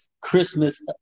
Christmas